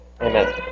amen